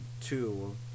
two